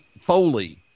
foley